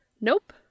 Nope